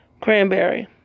Cranberry